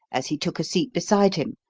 as he took a seat beside him,